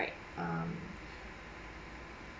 right um